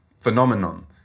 phenomenon